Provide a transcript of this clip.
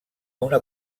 una